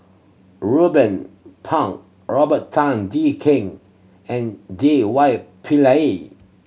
Ruben Pang Robert Tan Jee Keng and J Y Pillay